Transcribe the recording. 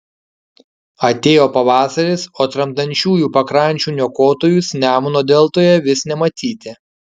atėjo pavasaris o tramdančiųjų pakrančių niokotojus nemuno deltoje vis nematyti